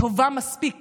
טובה מספיק